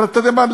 אבל אתה יודע מה,